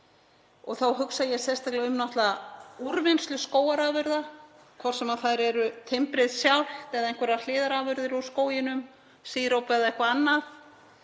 Þá hugsa ég sérstaklega um úrvinnslu skógarafurða, hvort sem það er timbrið sjálft eða einhverjar hliðarafurðir úr skóginum, síróp eða eitthvað annað.